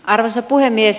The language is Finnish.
arvoisa puhemies